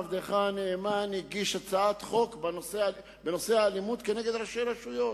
עבדך הנאמן הגיש הצעת חוק בנושא האלימות כנגד ראשי הרשויות,